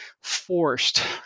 forced